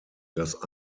das